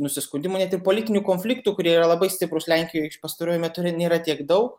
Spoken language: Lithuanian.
nusiskundimų net ir politinių konfliktų kurie yra labai stiprūs lenkijoj pastaruoju metu nėra tiek daug